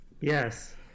Yes